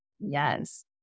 Yes